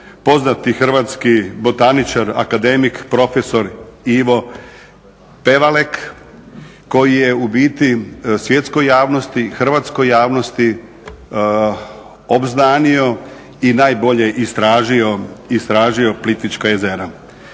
poznati hrvatski botaničar, akademik profesor Ivo Pevalek koji je ubiti svjetskoj javnosti, hrvatskoj javnosti obznanio i najbolje istražio Plitvička jezera.